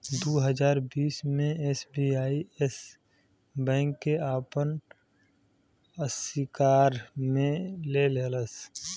दू हज़ार बीस मे एस.बी.आई येस बैंक के आपन अशिकार मे ले लेहलस